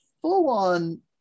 full-on